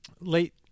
late